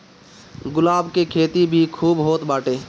गुलाब के खेती भी खूब होत बाटे